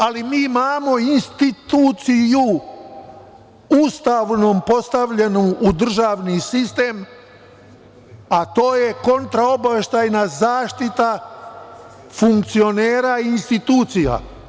Ali, mi imamo instituciju, Ustavom postavljenu u državni sistem, a to je kontraobaveštajna zaštita funkcionera i institucija.